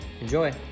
Enjoy